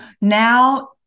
now